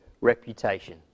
reputation